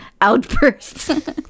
outbursts